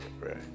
Right